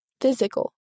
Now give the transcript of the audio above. Physical